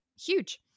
huge